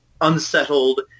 unsettled